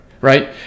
Right